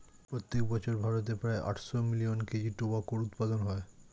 প্রত্যেক বছর ভারতে প্রায় আটশো মিলিয়ন কেজি টোবাকোর উৎপাদন হয়